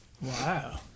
Wow